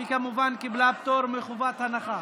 ההצעה קיבלה פטור מחובת הנחה.